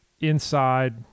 inside